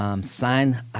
sign